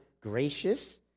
gracious